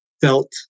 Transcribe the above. felt